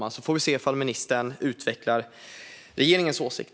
Vi får se om ministern utvecklar regeringens åsikt.